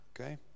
Okay